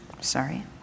sorry